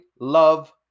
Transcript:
love